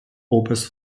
oberst